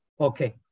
okay